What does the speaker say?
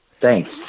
Thanks